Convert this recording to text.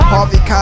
Harvey